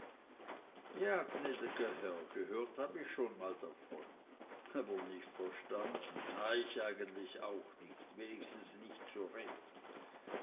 ja gnädiger herr gehört hab ich schon mal davon aber nich verstanden na ich eigentlich auch nich wenigstens nicht